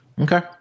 Okay